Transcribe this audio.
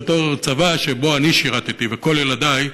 בתור הצבא שבו אני שירתי וכל ילדי,